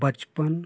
बचपन